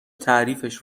تعریفش